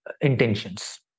intentions